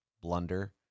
Blunder